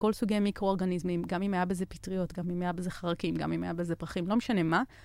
כל סוגי מיקרוארגניזמים, גם אם היה בזה פטריות, גם אם היה בזה חרקים, גם אם היה בזה פרחים, לא משנה מה.